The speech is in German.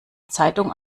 zeitung